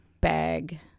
bag